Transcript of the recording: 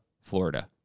Florida